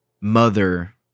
mother